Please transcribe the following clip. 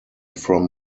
from